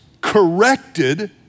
corrected